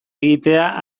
egitea